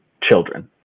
children